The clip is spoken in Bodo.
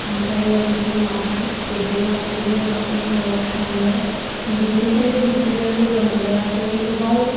ओमफ्राय बिनि उनावहाय ददेरेआ बिनि उनावसो न'आव थाङो बेनिफ्रायनो बिसोरो लोगो मोनलायाखै गोबाव